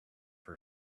her